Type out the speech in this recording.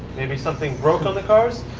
maybe something broke on the cars.